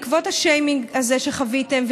בעקבות השיימינג הזה שחוויתם,